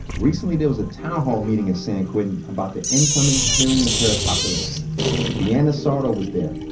recently there was a town hall meeting in san quentin about the incoming hearing-impaired population deanna sardo was there.